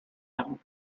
him